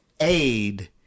aid